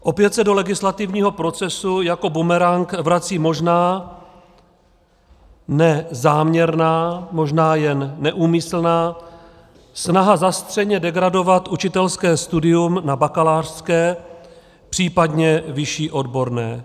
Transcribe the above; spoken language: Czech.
Opět se do legislativního procesu jako bumerang vrací možná ne záměrná, možná jen neúmyslná snaha zastřeně degradovat učitelské studium na bakalářské, případně vyšší odborné.